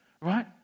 right